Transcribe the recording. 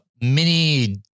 mini